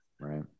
Right